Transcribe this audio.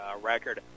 record